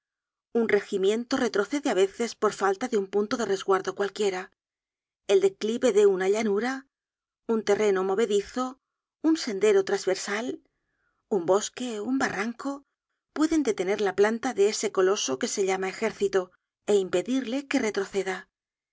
un regimiento retrocede á veces por falta de un punto de resguardo cualquiera el declive de una llanura un terreno movedizo un sendero trasversal un bosque un barranco pueden detener la planta de ese coloso que se llama ejército é impedirle que retroceda